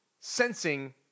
sensing